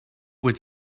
would